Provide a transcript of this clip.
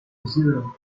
zero